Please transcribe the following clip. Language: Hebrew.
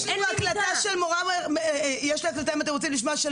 לנו הקלטה שלמורה אם אתם רוצים לשמוע ,